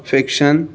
fiction